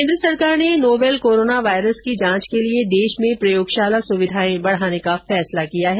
केन्द्र सरकार ने नोवेल कोरोना वायरस की जांच के लिए देश में प्रयोगशाला सुविधाएं बढ़ाने का फैसला किया है